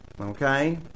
okay